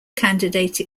candidate